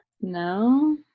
No